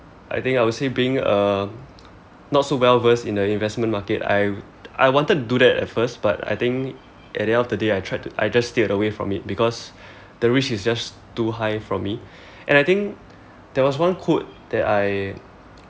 I think I will say being um not so well versed in the investment market I I wanted to do that at first but I think at the end of the day I tried I just steered away from it because the risk is just too high for me and I think there was one quote that I